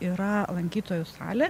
yra lankytojų salė